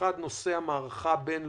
הראשון הוא נושא המערכה הבין-לאומית,